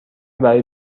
برای